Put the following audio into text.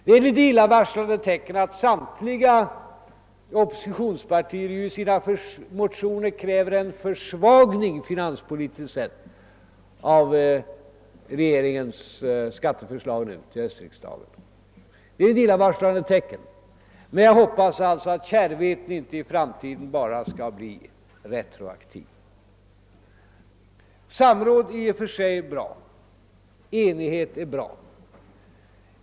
Det är ett illavarslande tecken, att samtliga oppositionspartier i sina motioner nu kräver en försvagning finanspolitiskt sett av regeringens skatteförslag till höstriksdagen, men jag hoppas alltså att kärvheten i framtiden inte bara skall bli retroaktiv. Samråd är i och för sig bra och enighet är också bra.